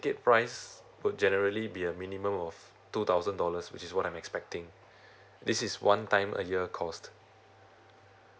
~ket price will generally be a minimum of two thousand dollars which is what I'm expecting this is one time a year cost